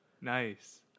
Nice